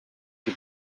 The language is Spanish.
que